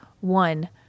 one